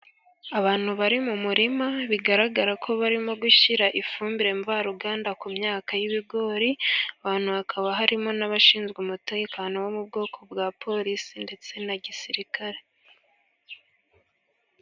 Abantu bari mu murima, bigaragara ko barimo gushyira ifumbire mvaruganda ku myaka y'ibigori. Abantu bakaba barimo n'abashinzwe umutekano wo mu bwoko bwa polisi ndetse na gisirikare.